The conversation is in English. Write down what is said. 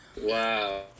Wow